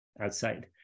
outside